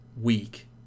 weak